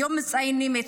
היום מציינים את